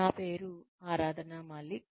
నా పేరు ఆరాధన మాలిక్